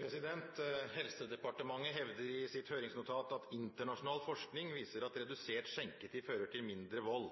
Helsedepartementet hevder i sitt høringsnotat at internasjonal forskning viser at redusert skjenketid fører til mindre vold.